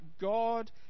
God